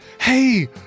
hey